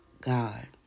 God